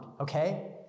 okay